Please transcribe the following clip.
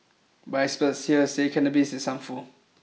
but experts here say cannabis's harmful